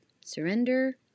Surrender